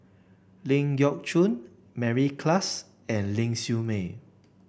Ling Geok Choon Mary Klass and Ling Siew May